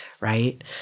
right